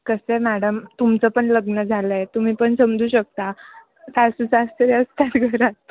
कसं आहे मॅडम तुमचं पण लग्न झालं आहे तुम्ही पण समजू शकता सासू सासरे असतात घरात